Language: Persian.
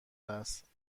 است